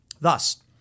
Thus